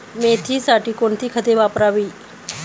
मेथीसाठी कोणती खते वापरावी?